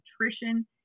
nutrition